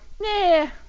Nah